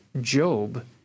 Job